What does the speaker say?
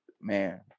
man